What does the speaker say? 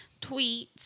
tweets